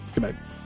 Goodbye